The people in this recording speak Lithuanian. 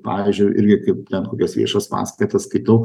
pavyzdžiu irgi kaip ten kokias viešas paskaitas skaitau